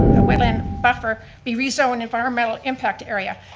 a wetland buffer be rezoned environmental impact area.